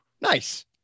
Nice